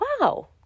wow